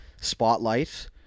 spotlight